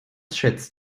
schätzt